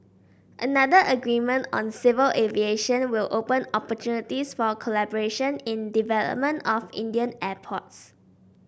another agreement on civil aviation will open opportunities for collaboration in development of Indian airports